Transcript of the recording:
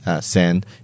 send